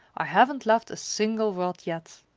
i haven't left a single rod yet.